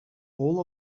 all